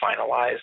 finalized